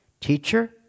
Teacher